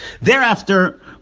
Thereafter